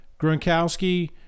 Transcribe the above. Gronkowski